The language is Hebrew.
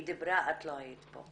היא דיברה, את לא היית פה.